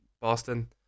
Boston